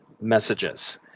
messages